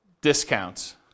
discounts